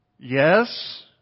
Yes